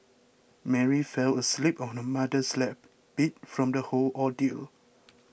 Mary fell asleep on her mother's lap beat from the whole ordeal